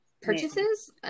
purchases